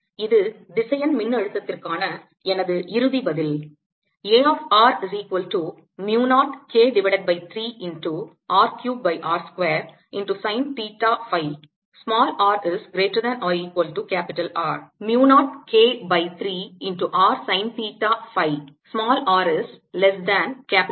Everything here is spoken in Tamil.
இது திசையன் மின் அழுத்தத்திற்கான எனது இறுதி பதில்